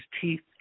teeth